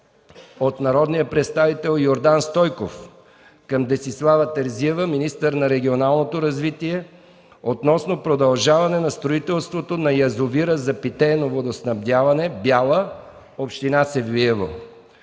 - народният представител Йордан Стойков към Десислава Терзиева – министър на регионалното развитие, относно продължаване на строителството на язовира за питейно водоснабдяване „Бяла” – община Севлиево.